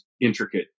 intricate